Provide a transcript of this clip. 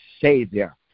Savior